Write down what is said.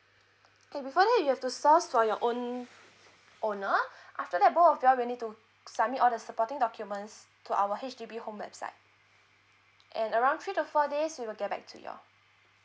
okay before that you have to source for your own owner after that both of the you all will need to submit all the supporting documents to our H_D_B home website aand around three to four days we will get back to you all